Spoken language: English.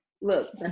Look